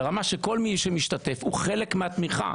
ברמה שכל מי שמשתתף הוא חלק מהתמיכה?